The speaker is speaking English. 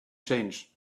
change